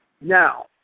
Now